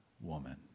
woman